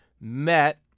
met